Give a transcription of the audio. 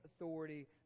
authority